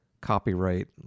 copyright